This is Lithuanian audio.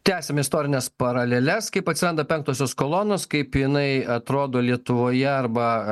tęsiam istorines paraleles kaip atsiranda penktosios kolonos kaip jinai atrodo lietuvoje arba